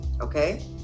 okay